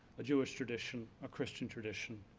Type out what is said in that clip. a jewish tradition, a christian tradition,